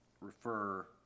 refer